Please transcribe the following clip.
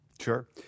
Sure